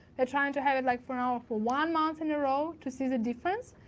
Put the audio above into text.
they're trying to have it like for an hours for one month in a row to see the difference,